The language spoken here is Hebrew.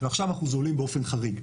ועכשיו אנחנו זולים באופן חריג.